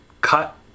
cut